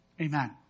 amen